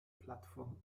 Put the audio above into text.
plattform